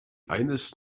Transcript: eines